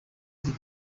ndi